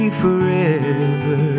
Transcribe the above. forever